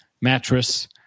mattress